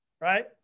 right